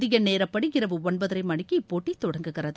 இந்திய நேரப்படி இரவு ஒன்பதரை மணிக்கு இப்போட்டி தொடங்குகிறது